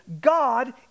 God